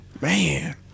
Man